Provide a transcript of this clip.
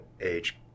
age